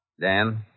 Dan